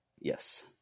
Yes